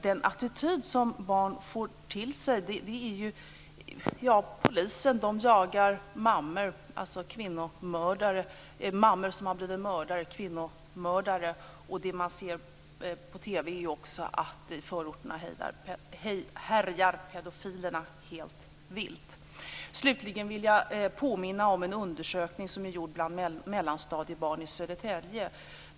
Den attityd som barn får till sig är att polisen jagar mammor som har blivit mördare, alltså kvinnomördare, och det man ser på TV är att i förorterna härjar pedofilerna helt vilt. Slutligen vill jag påminna om en undersökning bland samtliga mellanstadiebarn i Södertälje.